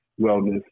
wellness